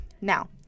Now